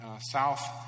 South